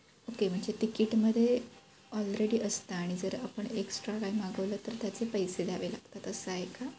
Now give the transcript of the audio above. okay म्हणजे तिकीटमध्ये already असतं आणि जर आपण एक्स्ट्रा काय मागवलं तर त्याचे पैसे द्यावे लागतात असं आहे का